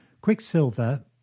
Quicksilver